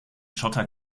schotter